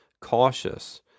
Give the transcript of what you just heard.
cautious